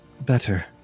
better